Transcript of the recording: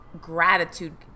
gratitude